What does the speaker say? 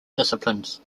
disciplines